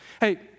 Hey